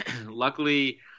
Luckily